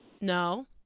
no